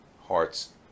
hearts